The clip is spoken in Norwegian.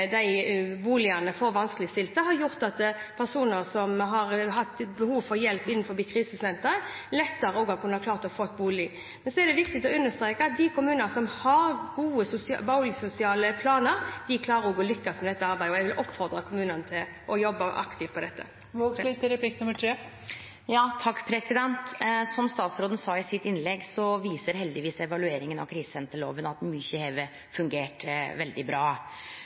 vanskeligstilte, har gjort at personer i krisesentrene som har hatt behov for hjelp, lettere har kunnet få bolig. Det er viktig å understreke at de kommunene som har gode boligsosiale planer, klarer å lykkes med dette arbeidet. Jeg vil oppfordre kommunene til å jobbe aktivt med dette. Som statsråden sa i sitt innlegg, viser heldigvis evalueringa av krisesenterlova at mykje har fungert veldig bra.